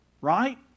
Right